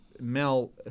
Mel